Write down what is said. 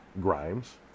Grimes